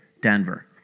Denver